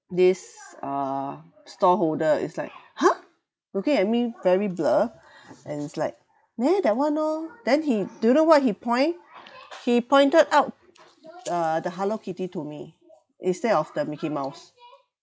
this uh stallholder is like !huh! looking at me very blur and it's like neh that one orh then he don't know what he point he pointed out uh the hello kitty to me instead of the mickey mouse